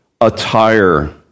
attire